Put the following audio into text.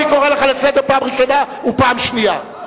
אני קורא אותך לסדר פעם ראשונה ופעם שנייה.